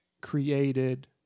created